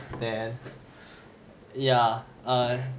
then yeah err